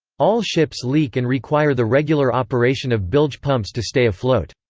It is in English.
all ships leak and require the regular operation of bilge pumps to stay afloat.